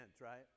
right